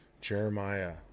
Jeremiah